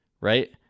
right